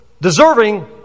Deserving